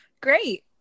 Great